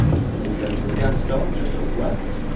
and then you go in to a gaston um just up left,